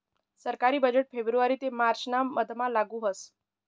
सरकारी बजेट फेब्रुवारी ते मार्च ना मधमा लागू व्हस